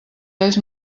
ells